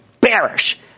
bearish